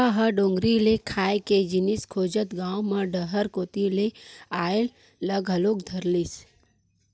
बेंदरा ह डोगरी ले खाए के जिनिस खोजत गाँव म डहर कोती अये ल घलोक धरलिस